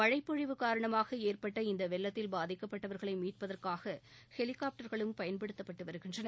மழைப்பொழிவு காரணமாக ஏற்பட்ட இந்த வெள்ளத்தின் காரணமாக பாதிக்கப்பட்டவர்களை மீட்பதற்காக ஹெலிகாப்டர்களும் பயன்படுத்தப்பட்டு வருகின்றன